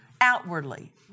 outwardly